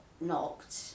knocked